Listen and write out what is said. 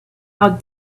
how